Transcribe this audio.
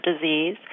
disease